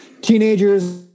Teenagers